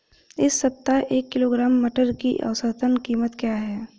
इस सप्ताह एक किलोग्राम मटर की औसतन कीमत क्या रहेगी?